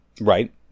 Right